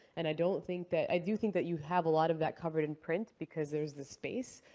and i don't think that i do think that you have a lot of that covered in print, because there is the space.